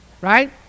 right